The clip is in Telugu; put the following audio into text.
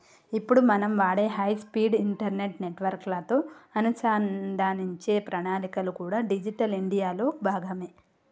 ఇప్పుడు మనం వాడే హై స్పీడ్ ఇంటర్నెట్ నెట్వర్క్ లతో అనుసంధానించే ప్రణాళికలు కూడా డిజిటల్ ఇండియా లో భాగమే